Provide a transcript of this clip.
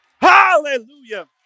hallelujah